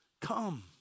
come